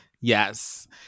Yes